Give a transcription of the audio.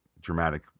dramatic